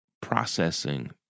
processing